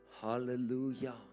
Hallelujah